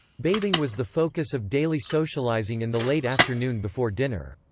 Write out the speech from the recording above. bathing was the focus of daily socializing in the late afternoon before dinner.